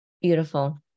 Beautiful